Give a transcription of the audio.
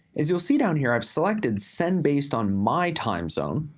as you'll see down here, i have selected send based on my time zone,